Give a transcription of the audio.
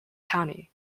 count